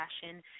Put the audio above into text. Fashion